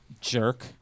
Jerk